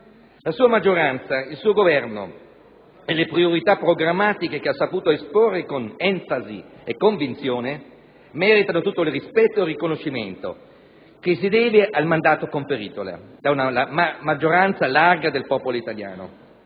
La sua maggioranza, il suo Governo e le priorità programmatiche che ha saputo esporre con enfasi e convinzione meritano tutto il rispetto e il riconoscimento che si deve al mandato conferitole da una larga maggioranza del popolo italiano.